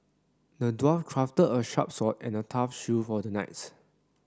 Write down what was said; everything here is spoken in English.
the dwarf crafted a sharp sword and a tough shield for the knights